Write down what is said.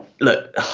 Look